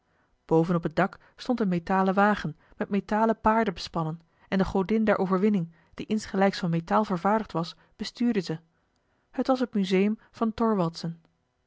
boven op het dak stond een metalen wagen met metalen paarden bespannen en de godin der overwinning die insgelijks van metaal vervaardigd was bestuurde ze het was het museum van thorwaldsen